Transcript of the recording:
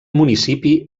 municipi